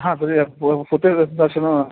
हा तदेव फ़ो फ़ोतेज दर्शनम्